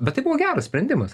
bet tai buvo geras sprendimas